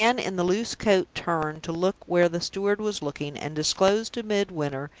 the man in the loose coat turned to look where the steward was looking, and disclosed to midwinter,